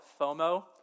FOMO